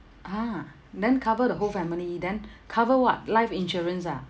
ah then cover the whole family then cover what life insurance ah